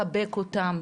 לחבק אותם.